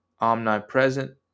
omnipresent